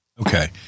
Okay